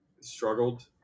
struggled